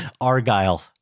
Argyle